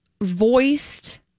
voiced